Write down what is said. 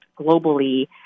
globally